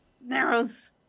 narrows